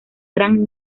gran